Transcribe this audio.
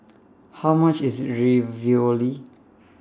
How much IS Ravioli